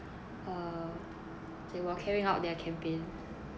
uh they were carrying out their campaign